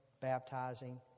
baptizing